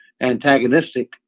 antagonistic